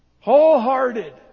Wholehearted